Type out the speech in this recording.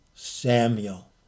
samuel